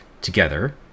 together